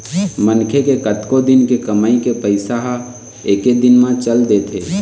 मनखे के कतको दिन के कमई के पइसा ह एके दिन म चल देथे